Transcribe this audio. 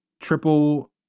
triple